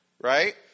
right